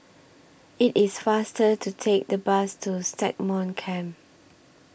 IT IS faster to Take The Bus to Stagmont Camp